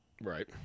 right